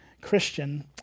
Christian